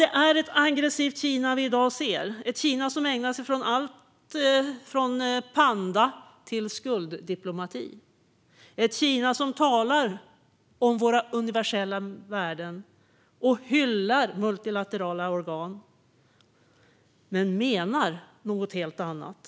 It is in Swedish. Det är ett aggressivt Kina vi i dag ser, ett Kina som ägnar sig åt allt från panda till skulddiplomati, ett Kina som talar om våra universella värden och hyllar multilaterala organ men menar något helt annat.